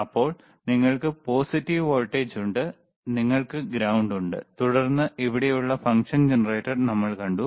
അപ്പോൾ നിങ്ങൾക്ക് positive voltage ഉണ്ട് നിങ്ങൾക്ക് ഗ്രൌണ്ട് ഉണ്ട് തുടർന്ന് ഇവിടെയുള്ള ഫംഗ്ഷൻ ജനറേറ്റർ നമ്മൾ കണ്ടു